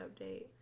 update